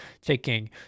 taking